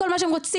כל מה שהם רוצים,